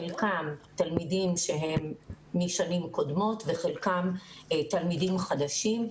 חלקם תלמידים משנים קודמות וחלקם תלמידים חדשים.